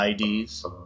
IDs